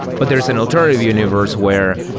but there is an alternative universe where,